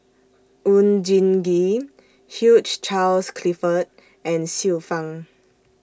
Oon Jin Gee Hugh Charles Clifford and Xiu Fang